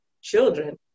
children